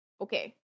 okay